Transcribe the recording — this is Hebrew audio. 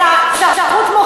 זה לא אומר שאני מסכימה אתך.